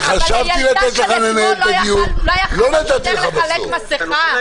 אבל לילדה של אתמול השוטר לא היה יכול לחלק מסכה?